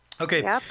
Okay